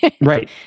right